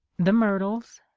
the myrtles,